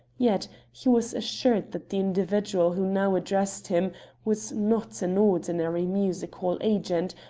yet he was assured that the individual who now addressed him was not an ordinary music-hall agent,